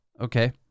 okay